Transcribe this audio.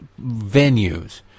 venues